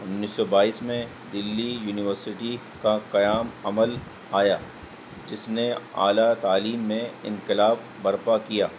انیس سو بائیس میں دلی یونیورسٹی کا قیام عمل آیا جس نے اعلیٰ تعلیم میں انقلاب برپا کیا